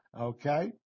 okay